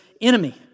enemy